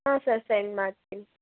ಹ್ಞೂ sir send ಮಾಡ್ತೀನಿ